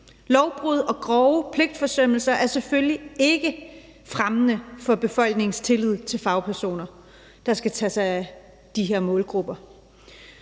Lovbrud og grov pligtforsømmelse er selvfølgelig ikke fremmende for befolkningens tillid til fagpersoner, der skal tage sig af de her målgrupper.